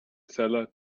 seller